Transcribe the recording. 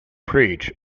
preach